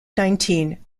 nineteen